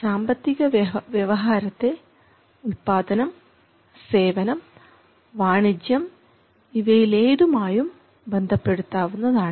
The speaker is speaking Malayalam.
സാമ്പത്തിക വ്യവഹാരത്തെ ഉത്പാദനം സേവനം വാണിജ്യം ഇവയിൽ ഏതുമായും ബന്ധപ്പെടാവുന്നതാണ്